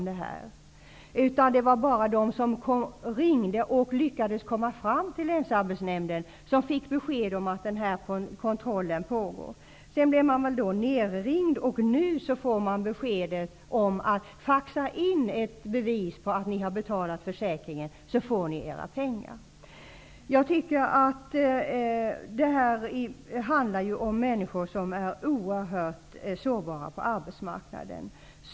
Det var bara de som ringde till Länsarbetsnämnden, och som lyckades komma fram, som fick besked om att den här kontrollen pågick. Länsarbetsnämnden blev nerringd, och nu ges beskedet att man för att få sina pengar skall faxa ett bevis på att försäkringen är betalad. Detta handlar om människor som är oerhört sårbara på arbetsmarknaden.